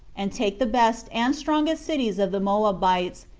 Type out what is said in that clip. and take the best and strongest cities of the moabites,